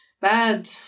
bad